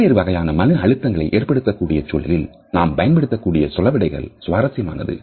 பல்வேறு வகையான மன அழுத்தங்களை ஏற்படுத்தக்கூடிய சூழலில் நாம் பயன்படுத்தக்கூடிய சொலவடைகள் சுவாரசியமானது